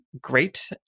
great